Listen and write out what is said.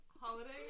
Holiday